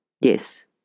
Yes